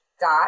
dot